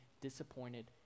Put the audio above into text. disappointed